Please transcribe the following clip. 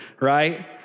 right